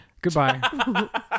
Goodbye